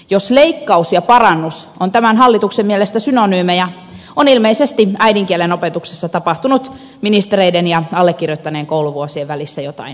jos leikkaus ja parannus ovat tämän hallituksen mielestä synonyymejä on ilmeisesti äidinkielen opetuksessa tapahtunut ministereiden ja allekirjoittaneen kouluvuosien välissä jotain merkillistä